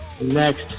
next